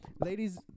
Ladies